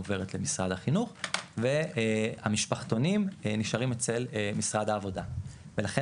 עוברת למשרד החינוך והמשפחתונים נשארים אצל משרד העבודה ולכן